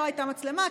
לא הייתה מצלמה,